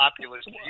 populist